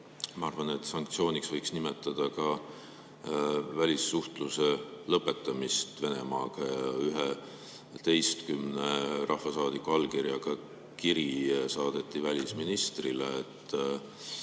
Ma arvan, et sanktsiooniks võiks nimetada ka välissuhtluse lõpetamist Venemaaga. 11 rahvasaadiku allkirjaga kiri saadeti välisministrile, et